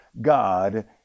God